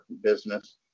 business